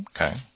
Okay